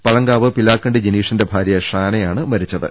പഴങ്കാവ് പിലാക്കണ്ടി ജിനീഷിന്റെ ഭാര്യ ഷാനയാണ് മരിച്ചത്